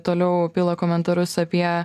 toliau pila komentarus apie